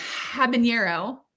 habanero